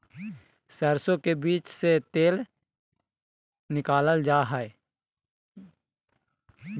सरसो के बीज से तेल निकालल जा हई